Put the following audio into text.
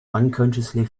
unconsciously